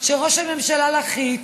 שראש הממשלה לחיץ,